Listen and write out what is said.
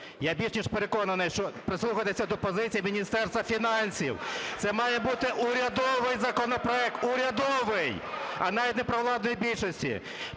Я більше ніж переконаний, що прислухатися до позиції Міністерства фінансів. Це має бути урядовий законопроект, урядовий, а навіть не провладної більшості.